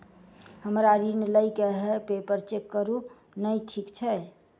हमरा ऋण लई केँ हय पेपर चेक करू नै ठीक छई?